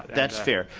that's fair.